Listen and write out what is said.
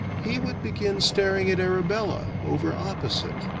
he would begin staring at arabella, over opposite,